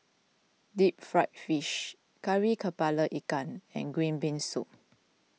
Deep Fried Fish Kari Kepala Ikan and Green Bean Soup